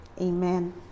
Amen